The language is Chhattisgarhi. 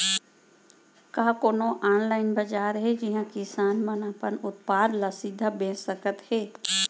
का कोनो अनलाइन बाजार हे जिहा किसान मन अपन उत्पाद ला सीधा बेच सकत हे?